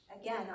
Again